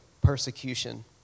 persecution